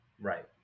Right